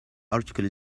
article